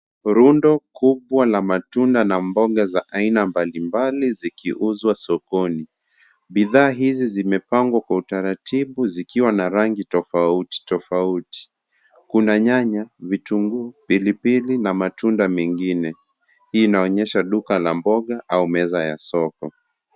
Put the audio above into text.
Rundo kubwa la matunda na mboga za aina mbali mbali zikiuzwa sokoni bidhaa hizi zimepangwa kwa utaratibu zikiwa na rangi tofauti tofauti kuna nyanya, vitunguu, pilipili na matunda mengine hii inaonyesha duka la mboga au meza ya soko.